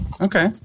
Okay